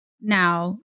Now